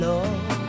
Love